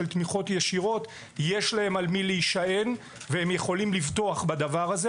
תמיכות ישירות יש להם על מי להישען והם יכולים לבטוח בדבר הזה.